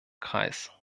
kreis